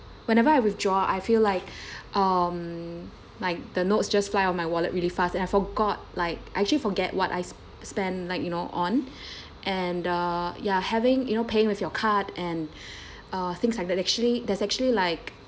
whenever I withdraw I feel like um like the notes just fly on my wallet really fast and I forgot like I actually forget what I spend like you know on and uh ya having you know paying with your card and uh things like that actually that's actually like